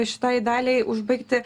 šitai daliai užbaigti